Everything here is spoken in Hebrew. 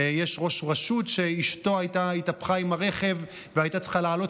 יש ראש רשות שאשתו התהפכה עם הרכב והייתה צריכה לעלות